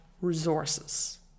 resources